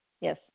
yes